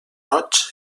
roig